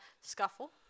scuffle